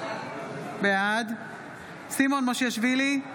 בעד סימון מושיאשוילי,